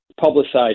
publicized